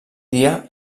dia